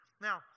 Now